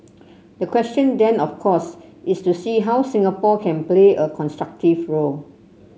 the question then of course is to see how Singapore can play a constructive role